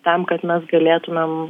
tam kad mes galėtumėm